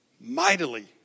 mightily